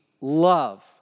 love